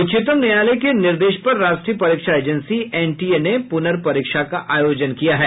उच्चतम न्यायालय के निर्देश पर राष्ट्रीय परीक्षा एजेंसी एनटीए ने पुनर्परीक्षा का आयोजन किया है